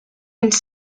une